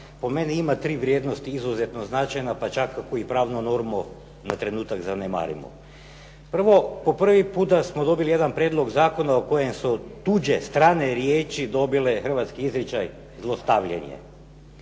po meni ima tri vrijednosti izuzetno značajna, pa čak ako i pravnu normu na trenutak zanemarimo. Prvo, po prvi puta smo dobili jedan prijedlog zakona o kojem su tuđe, strane riječi dobile hrvatski izričaj, zlostavljanje.